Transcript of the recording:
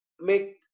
make